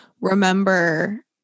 remember